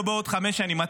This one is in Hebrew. לא בעוד חמש שנים.